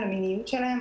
למיניות שלהן.